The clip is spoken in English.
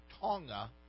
Tonga